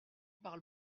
parle